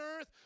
earth